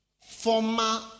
former